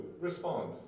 respond